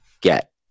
get